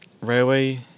railway